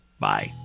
Bye